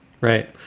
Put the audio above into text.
right